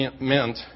meant